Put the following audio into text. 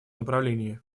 направлении